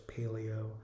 paleo